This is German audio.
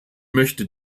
möchte